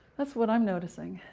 that's what i'm noticing,